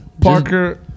Parker